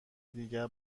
دیگر